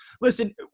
Listen